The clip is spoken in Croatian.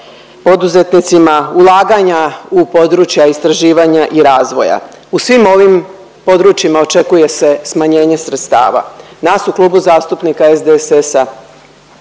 poduzetnicima, ulaganja u područja istraživanja i razvoja. U svim ovim područjima očekuje se smanjenje sredstava. Nas u Klubu zastupnika SDSS-a